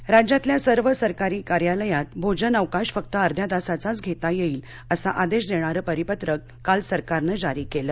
भोजन अवकाश राज्यातल्या सर्व सरकारी कार्यालयात भोजन अवकाश फक्त अध्या तासाचाच घेता येईल असा आदेश देणारं परिपत्रक काल सरकारनं जारी केलं